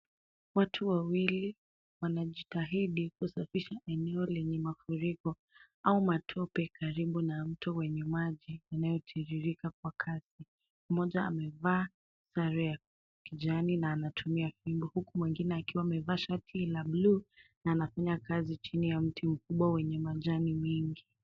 Watu wawili wanajitahidi kusafisha eneo lenye mafuriko au matope karibu na mto wenye maji yanayotiririka kwa kasi. Mmoja amevaa sare ya kijani na anatumia fimbo, huku mwengine amevaa shati la buluu na anafanya kazi chini ya mti mkubwa wenye majani mengi.